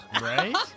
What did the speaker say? Right